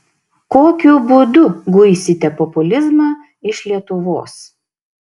kokiu būdu guisite populizmą iš lietuvos